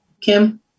Kim